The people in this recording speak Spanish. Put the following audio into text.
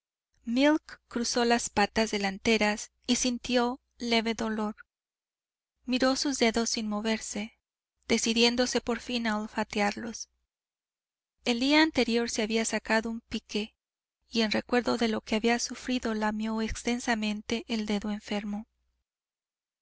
cruzó las patas delanteras y sintió leve dolor miró sus dedos sin moverse decidiéndose por fin a olfatearlos el día anterior se había sacado un pique y en recuerdo de lo que había sufrido lamió extensamente el dedo enfermo